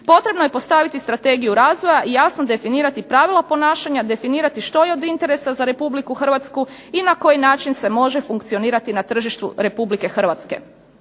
Potrebno je postaviti strategiju razvoja i jasno definirati pravila ponašanja, definirati što je od interesa za Republiku Hrvatsku i na koji način se može funkcionirati na tržištu Republike Hrvatske.